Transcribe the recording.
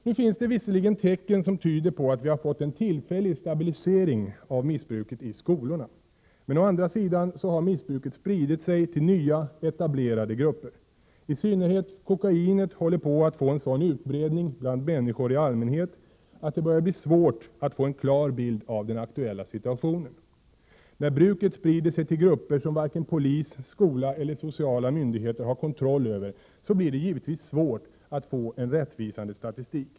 Nu finns det visserligen tecken som tyder på att vi har fått en tillfällig stabilisering av missbruket i skolorna, men å andra sidan har missbruket spridit sig till nya, etablerade grupper. I synnerhet kokainet håller på att få en sådan utbredning bland människor i allmänhet att det börjar bli svårt att få en klar bild av den aktuella situationen. När bruket sprider sig till grupper som varken polis, skola eller sociala myndigheter har kontroll över, blir det givetvis svårt att få en rättvisande statistik.